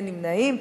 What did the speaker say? אין נמנעים.